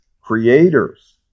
creators